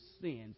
sins